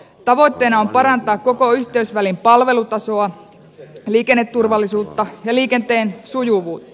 tavoitteena on parantaa koko yhteysvälin palvelutasoa liikenneturvallisuutta ja liikenteen sujuvuutta